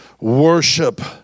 Worship